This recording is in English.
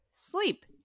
sleep